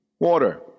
Water